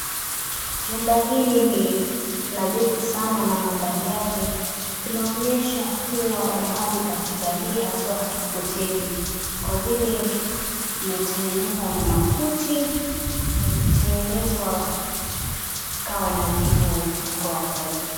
Jumba hili ni nadhifu sana na mandhari yake inaonyesha kuwa mahali pa kitalii haswa hoteli kwa vile imetengenezwa na makuti na imetengenezwa ikawa nadhifu kwa watalii.